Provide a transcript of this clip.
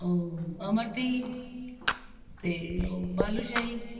ਓ ਅਮ੍ਰਤੀ ਅਤੇ ਓ ਬਾਲੂਸ਼ਾਹੀ